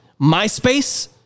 MySpace